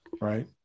Right